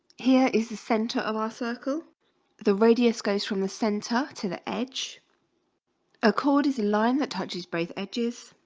here is the center um our circle the radius goes from the center to the edge a chord is a line that touches both edges